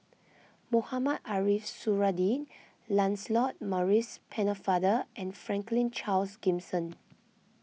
Mohamed Ariff Suradi Lancelot Maurice Pennefather and Franklin Charles Gimson